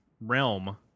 realm